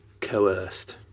coerced